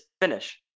finish